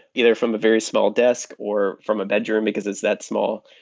either from a very small desk, or from a bedroom, because it's that small,